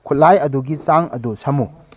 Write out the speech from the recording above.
ꯈꯨꯠꯂꯥꯏ ꯑꯗꯨꯒꯤ ꯆꯥꯡ ꯑꯗꯨ ꯁꯝꯃꯨ